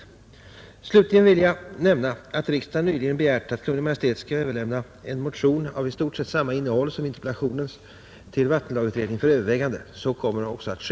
Fredagen den Slutligen vill jag nämna att riksdagen nyligen begärt att Kungl. Maj:t 23 april 1971 skall överlämna en motion av i stort sett samma innehåll om ——